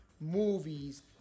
movies